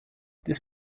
this